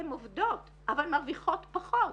הן עובדות, אבל מרוויחות פחות